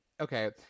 Okay